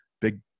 big